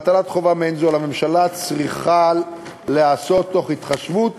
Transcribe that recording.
והטלת חובה זו על הממשלה צריכה להיעשות בהתחשבות